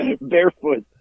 Barefoot